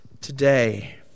today